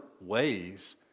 ways